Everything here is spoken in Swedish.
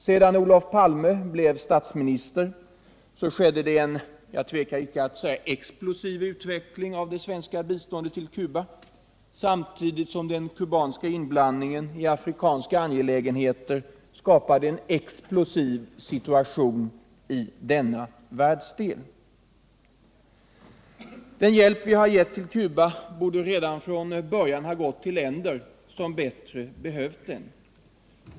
Sedan Olof Palme blev statsminister skedde — jag tvekar inte att säga det — en explosiv utveckling av det svenska biståndet till Cuba, samtidigt som den kubanska inblandningen i afrikanska angelägenheter skapade en explosiv situation i denna världsdel. Den hjälp vi har givit till Cuba borde redan från början ha gått till länder som bättre behövt den.